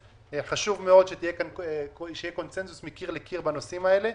חשוב מאוד שיהיה כאן קונצנזוס מקיר לקיר בנושאים האלה.